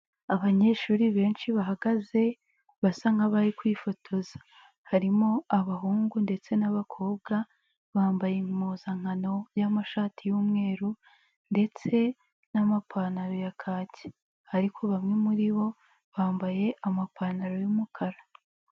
Abanyeshuri benshi bahagaze basa nk'abari kwifotoza, harimo abahungu ndetse n'abakobwa bambaye impuzankano y'amashati y'umweru ndetse n'amapantaro ya kaki, ariko bamwe muri bo bambaye amapantaro y'umukara.